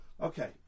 Okay